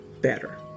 better